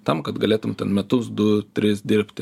tam kad galėtum ten metus du tris dirbti